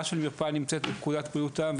של מרפאה נמצאת בפקודת בריאות העם,